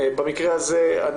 במקרה הזה,